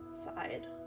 side